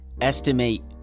Estimate